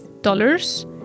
dollars